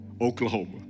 oklahoma